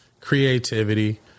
creativity